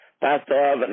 Pastor